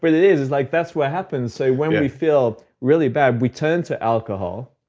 but it it is. it's like, that's what happens, so when we feel really bad we turn to alcohol.